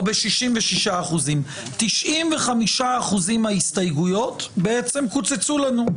ב-66% 95% מההסתייגויות בעצם קוצצו לנו.